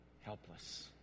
helpless